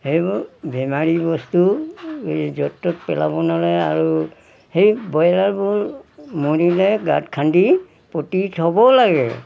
সেইবোৰ বেমাৰী বস্তু এই য'ত ত'ত পেলাব নালাগে আৰু সেই ব্ৰইলাৰবোৰ মৰিলে গাঁত খান্দি পুতি থ'বও লাগে